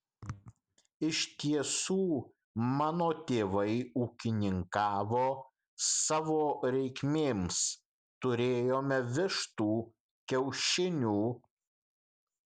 iš tiesų mano tėvai ūkininkavo savo reikmėms turėjome vištų kiaušinių